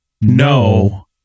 no